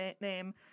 name